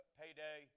payday